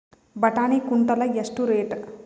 ಬಟಾಣಿ ಕುಂಟಲ ಎಷ್ಟು ರೇಟ್?